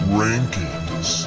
rankings